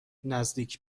نزدیک